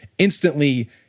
Instantly